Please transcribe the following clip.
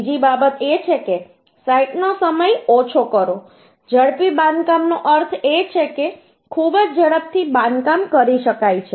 બીજી બાબત એ છે કે સાઇટનો સમય ઓછો કરો ઝડપી બાંધકામનો અર્થ એ છે કે ખૂબ જ ઝડપથી બાંધકામ કરી શકાય છે